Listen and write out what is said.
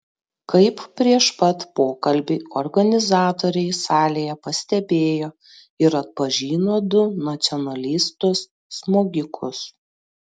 kaip prieš pat pokalbį organizatoriai salėje pastebėjo ir atpažino du nacionalistus smogikus